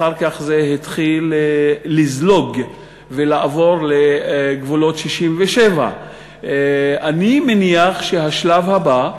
אחר כך זה התחיל לזלוג ולעבור לגבולות 67'. אני מניח שהשלב הבא,